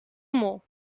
more